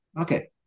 Okay